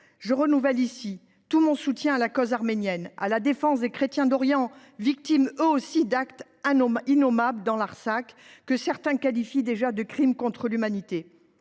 Je renouvelle ici tout mon soutien à la cause arménienne, à la défense des chrétiens d’Orient victimes, eux aussi, d’actes innommables en Artsakh, que certains qualifient déjà de crimes contre l’humanité.